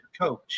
coach